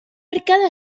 arcada